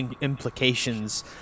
implications